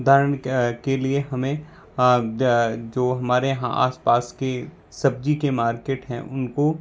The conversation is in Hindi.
उदाहरण के के लिए हमें जो हमारे यहाँ आसपास की सब्जी के मार्केट हैं उनको